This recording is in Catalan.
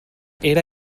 era